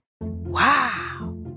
Wow